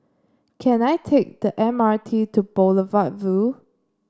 can I take the M R T to Boulevard Vue